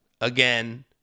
again